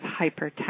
hypertension